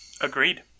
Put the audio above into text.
Agreed